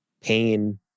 pain